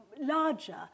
larger